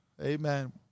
Amen